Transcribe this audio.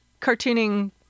cartooning